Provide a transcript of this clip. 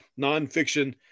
nonfiction